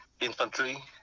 infantry